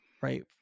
right